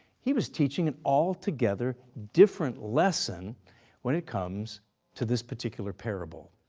he was teaching an altogether different lesson when it comes to this particular parable,